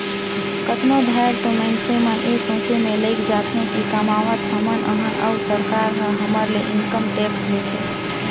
कतनो धाएर तो मइनसे मन ए सोंचे में लइग जाथें कि कमावत हमन अहन अउ सरकार ह हमर ले इनकम टेक्स लेथे